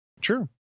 True